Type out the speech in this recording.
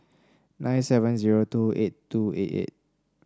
nine seven zero two eight two eight eight